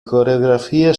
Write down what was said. coreografie